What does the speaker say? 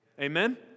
Amen